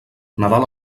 nadal